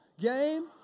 game